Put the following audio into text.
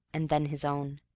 and then his own.